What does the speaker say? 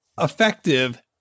effective